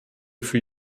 für